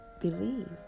believe